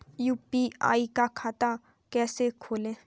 UPI का खाता कैसे खोलें?